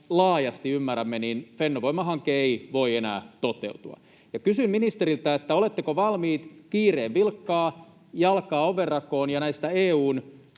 laajasti ymmärrämme, Fennovoima-hanke ei voi enää toteutua. Kysyn ministeriltä: oletteko valmiit kiireen vilkkaa laittamaan jalkaa ovenrakoon ja näistä EU:n